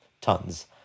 tons